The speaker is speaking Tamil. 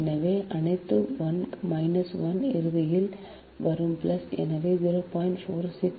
எனவே அனைத்து 1 கழித்தல் இறுதியில் வரும் எனவே 0